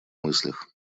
мыслях